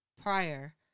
prior